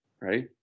Right